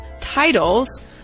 titles